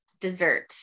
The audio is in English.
dessert